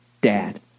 dad